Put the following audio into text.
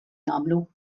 jagħmlu